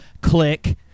Click